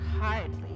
hardly